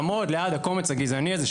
לעמוד ליד הקומץ הגזעני הזה,